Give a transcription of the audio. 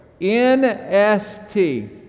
N-S-T